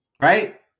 right